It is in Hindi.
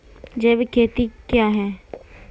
जैविक खेती के क्या लाभ हैं?